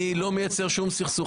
אני לא מייצר סכסוך.